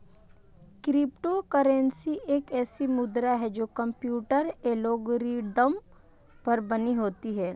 crypto currency एक ऐसी मुद्रा है जो कंप्यूटर एल्गोरिदम पर बनी होती है